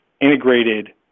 integrated